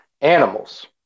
animals